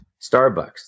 Starbucks